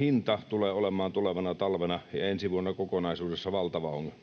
hinta tulee olemaan tulevana talvena ja ensi vuonna kokonaisuudessaan valtava ongelma.